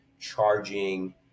charging